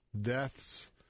deaths